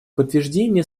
подтверждение